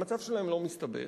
המצב שלהם לא מסתבך,